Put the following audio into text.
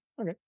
Okay